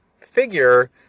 figure